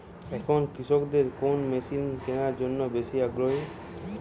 এখন কৃষকদের কোন মেশিন কেনার জন্য বেশি আগ্রহী?